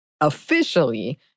officially